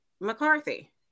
McCarthy